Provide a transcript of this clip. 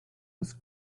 was